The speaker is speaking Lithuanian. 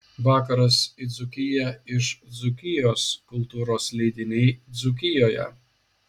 vakaras į dzūkiją iš dzūkijos kultūros leidiniai dzūkijoje